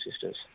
sisters